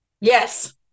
Yes